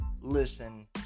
listen